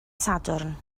sadwrn